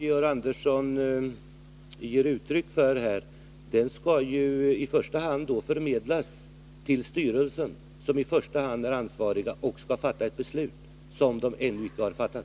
Herr talman! Den oro som Georg Andersson ger uttryck åt skall i det här skedet förmedlas till styrelsen. Det är styrelsen som i första hand har ansvaret och som skall fatta ett beslut, vilket den ännu icke har gjort.